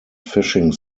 fishing